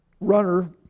runner